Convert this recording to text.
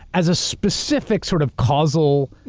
as a specific sort of causal,